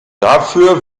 dafür